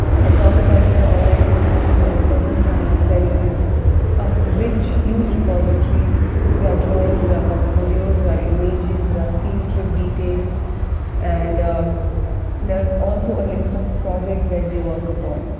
i have talked about their online portal several times and there is rich, huge repository there are drawings there are ah portfolios there are images there are field trip details and there is also a list of projects that they work upon.